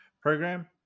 program